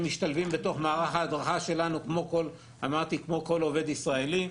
הם משתלבים בתוך מערך ההדרכה שלנו כמו כל עובד ישראלי.